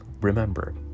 Remember